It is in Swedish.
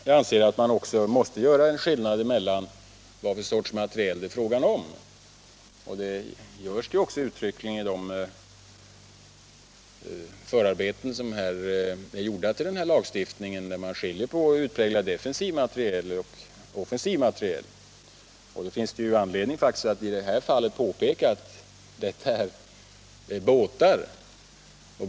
Jag anser att man också måste göra en skillnad mellan vad för sorts materiel det är fråga om — detta sägs uttryckligen i propositionen om riktlinjer för vapenexport, där man skiljer mellan utpräglat defensiv materiel och offensiv materiel. Därför finns det faktiskt anledning att i det här fallet påpeka att det handlar om båtar.